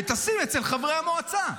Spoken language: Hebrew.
ותשים אצל חברי המועצה,